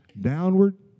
downward